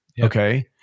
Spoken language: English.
Okay